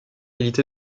milité